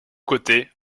côtés